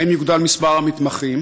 1. האם יוגדל מספר המתמחים?